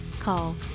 call